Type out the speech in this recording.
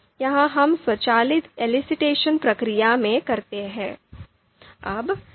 यह हम स्वचालित elicitation प्रक्रिया में करते हैं